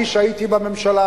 אני, שהייתי בממשלה,